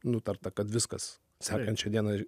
nutarta kad viskas sekančią dieną